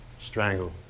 Strangle